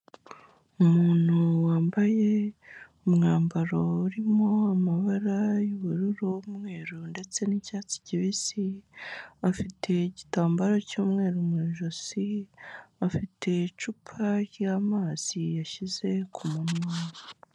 Umuntu wambaye umwambaro urimo amabara y'ubururu, umweru ndetse n'icyatsi kibisi afite igitambaro cy'umweru mu ijosi, afite icupa ry'amazi yashyize ku munwa.